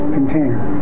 Container